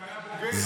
בכל נושא --- וגם